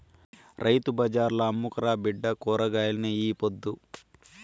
రైతు బజార్ల అమ్ముకురా బిడ్డా కూరగాయల్ని ఈ పొద్దు